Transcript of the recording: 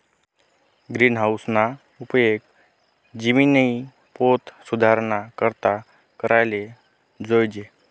गिरीनहाऊसना उपेग जिमिननी पोत सुधाराना करता कराले जोयजे